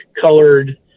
colored